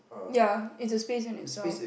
ya it's a space in itself